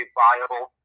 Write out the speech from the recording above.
viable